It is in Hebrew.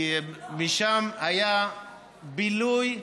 כי משם היה בילוי,